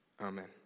Amen